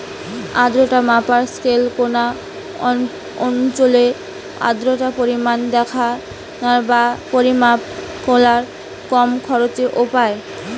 আর্দ্রতা মাপার স্কেল কুনো অঞ্চলের আর্দ্রতার পরিমাণ দিখানা বা পরিমাপ কোরার কম খরচের উপায়